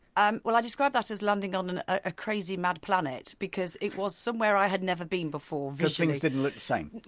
um well i describe that as landing on and a a crazy mad planet because it was somewhere i had never been before visually because things didn't look the same,